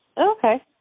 Okay